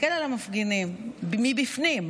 מסתכל על המפגינים מבפנים,